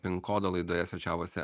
pin kodo laidoje svečiavosi